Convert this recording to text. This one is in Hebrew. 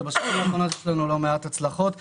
ובשנים האחרונות יש לנו לא מעט הצלחות בעניין.